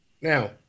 Now